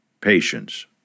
patience